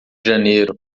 janeiro